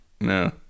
no